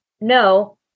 no